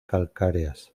calcáreas